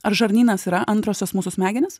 ar žarnynas yra antrosios mūsų smegenys